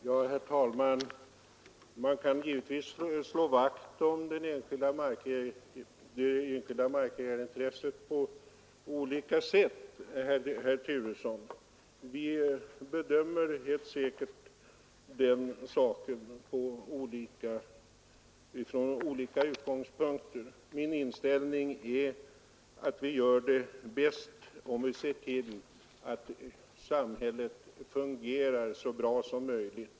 Herr talman! Man kan givetvis slå vakt om det enskilda markägarintresset på olika sätt, herr Turesson. Vi bedömer helt säkert den saken från olika utgångspunkter. Min inställning är att vi gör det bäst om vi ser till att samhället fungerar så bra som möjligt.